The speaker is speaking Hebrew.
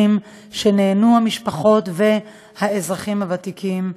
שנהנו מהן המשפחות והאזרחים הוותיקים,